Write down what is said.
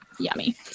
Yummy